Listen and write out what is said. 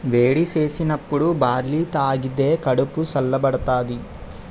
వేడి సేసినప్పుడు బార్లీ తాగిదే కడుపు సల్ల బడతాది